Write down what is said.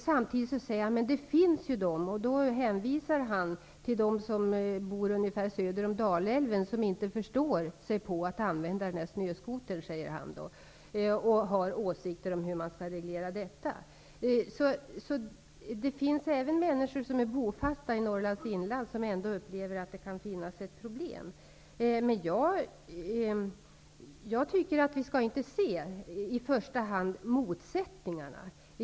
Samtidigt säger han att det finns de -- och då hänvisar han till dem som bor söder om Dalälven -- som inte förstår sig på att använda snöskotern, och han har åsikter om hur man skall reglera detta. Det finns människor som är bofasta i Norrlands inland och ändå ser att det kan finnas problem. Jag tycker inte att vi i första hand skall se motsättningarna.